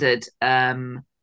Standard